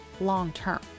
long-term